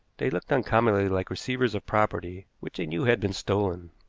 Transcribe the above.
they looked uncommonly like receivers of property which they knew had been stolen.